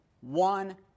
one